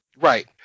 Right